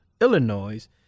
Illinois